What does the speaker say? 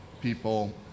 people